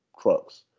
trucks